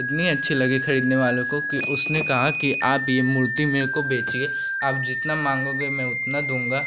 इतनी अच्छी लगी खरीदने वालों को कि उसने कहा कि आप यह मूर्ति मेरे को बेचिए आप जितना माँगोगे मैं उतना दूँगा